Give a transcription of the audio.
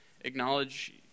acknowledge